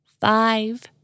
Five